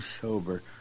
sober